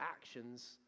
actions